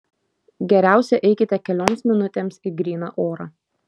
geriausia eikite kelioms minutėms į gryną orą